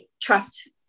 trust